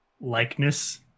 likeness